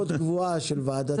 בממשלה.